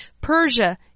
Persia